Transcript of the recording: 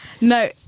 No